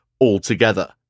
altogether